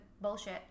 bullshit